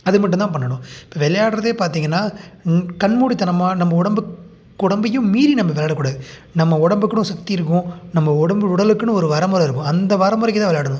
அதை மட்டும் தான் பண்ணணும் இப்போ விளையாட்றதே பார்த்திங்கன்னா கண்மூடித்தனமாக நம்ம உடம்புக் உடம்பையும் மீறி நம்ம விளையாட கூடாது நம்ம உடம்புக்குன்னு ஒரு சக்தி இருக்கும் நம்ம உடம்பு உடலுக்குன்னு ஒரு வரமுறை இருக்கும் அந்த வரமுறைக்கு தான் விளையாடணும்